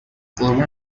قربون